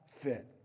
fit